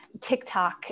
TikTok